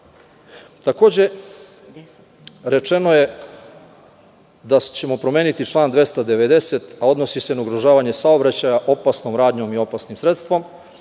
rečeno je da ćemo promeniti član 290. a odnosi se na ugrožavanje saobraćaja opasnom radnjom, opasnim sredstvom.